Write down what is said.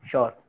Sure